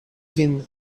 vin